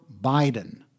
Biden